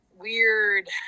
weird